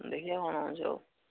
ବେଖିବା କ'ଣ ହେଉଛି ଆଉ